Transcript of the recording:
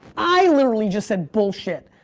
i literally just said, bullshit,